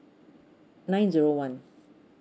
nine zero one